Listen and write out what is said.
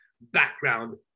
background